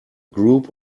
group